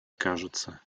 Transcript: кажется